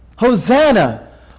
Hosanna